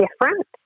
different